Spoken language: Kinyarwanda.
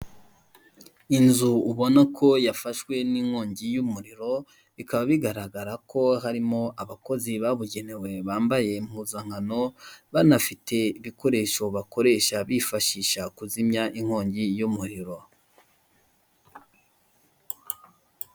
Inzu mberabyombi, iteraniyemo abayobozi b'igihugu cyacu, imbere yabo bakaba bafashe amakaramu ndetse n'amakaye basa naho bari kwandika ibyo bari kubwirwa. Kumeza hakaba harambitse amacupa y'imitobe ndetse n'amazi, buri muyobozi wese imbere ye hakaba hari mikoro fone, ndetse hakaba hari n'igikoresho nsakazamashusho.